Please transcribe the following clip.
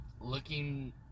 looking